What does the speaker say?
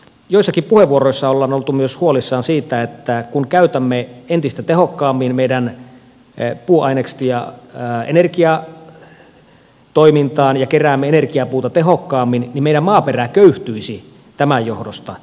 joissakin puheenvuoroissa ollaan oltu myös huolissaan siitä että kun käytämme entistä tehokkaammin meidän puuaineksia energiatoimintaan ja keräämme energiapuuta tehokkaammin niin meidän maaperä köyhtyisi tämän johdosta